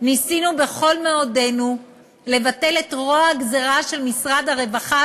ניסינו בכל מאודנו לבטל את רוע הגזירה של משרד הרווחה,